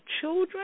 children